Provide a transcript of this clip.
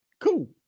cool